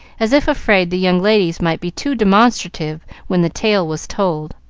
as if afraid the young ladies might be too demonstrative when the tale was told.